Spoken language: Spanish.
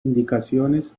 indicaciones